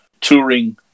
touring